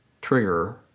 trigger